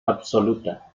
absoluta